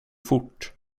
fort